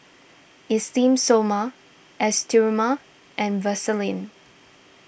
Esteem Stoma S Terimar and Vaselin